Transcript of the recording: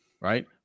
right